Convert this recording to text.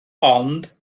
ond